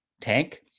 tank